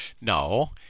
No